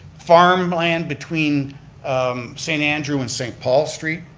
farmland between um st. andrew and st. paul street.